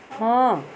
ହଁ